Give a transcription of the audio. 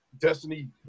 Destiny